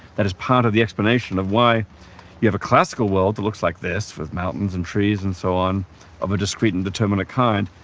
that is part of the explanation of why you have a classical world that looks like this, with mountains and trees and so on of a discreet and determinant kind,